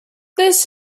this